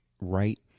right